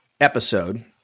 episode